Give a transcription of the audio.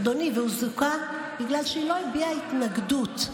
אדוני, והוא זוכה בגלל שהיא לא הביעה התנגדות.